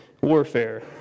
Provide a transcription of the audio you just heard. warfare